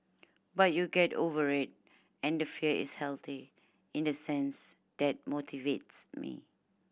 but you get over it and the fear is healthy in the sense that motivates me